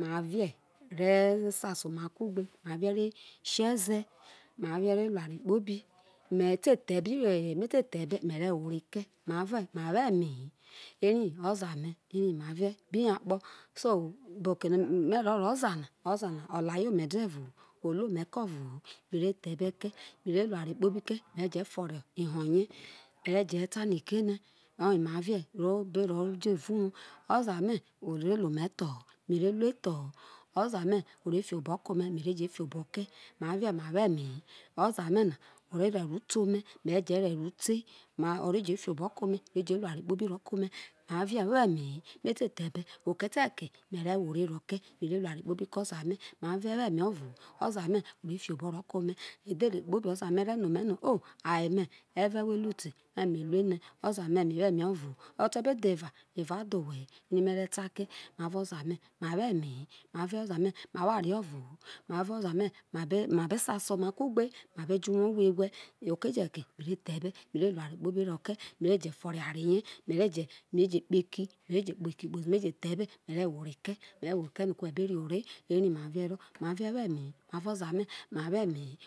marie re sasa oma kugbe marie re kieze ma rie re lu oware kpobi me te the ebe me re wo ore kei marie ma wo emehe eri oza me makie bi ye akpo so bo oke no me ro ro oza na olaye ome de voho, olu ome eko ovo me re the ebe kei mēre rao oware kpobi kei meje foro who ye mere je ta ni ke ene oye maive obe ro jo erao uwo, oza me me ore ruō ome thoho me rē rue thoho. Oza me ore je fi oboho kome mere je fi oboho ke, marie ma rie ma wo emehe. Oza mena ore re ro te ome mere je re ro te ore je rue eware kpobi ro kome marie wo eme he me te the ebe me re wo ore ke, mere ruō eware kpobi ke oza me marie wo eme ovo ho. Oza me orē fi obo ho rokome edhere kpobi oza me re no ome no o aye me eve wo lu te? Me me na oza me me wo eme ovoho ote dhera era odho owhe heere me re ta kie maro oza me ma wo eme he, ma vo oza me ma wo oware ovo ho mavo oza me ma be sasa oma kugbe ma be jo uwo gwe ewe oke je ke mere the ebe, mere iueware kpobi ero ke je fo ro eware ye, me re je kpo eki, me je kpe eki kpo zi no me the ebe mere je wo ore ke me re wo ore ke me re wo ore ke ino ko we be re ore? Tre marie oro marie owo emehe mavo oza me ma wo emehe.